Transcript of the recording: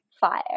fire